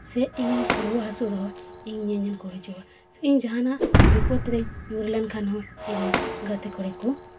ᱥᱮ ᱤᱧᱤᱧ ᱨᱩᱣᱟᱹ ᱦᱟᱹᱥᱩ ᱨᱮᱦᱚᱸ ᱤᱧ ᱮᱧᱮᱞ ᱠᱚ ᱦᱤᱡᱩᱜᱼᱟ ᱤᱧ ᱡᱟᱦᱟᱱᱟᱜ ᱵᱤᱯᱚᱫ ᱨᱤᱧ ᱧᱩᱨ ᱞᱮᱠᱷᱟᱱ ᱦᱚᱸ ᱜᱟᱛᱮ ᱠᱩᱲᱤ ᱠᱚ